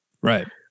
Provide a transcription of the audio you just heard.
Right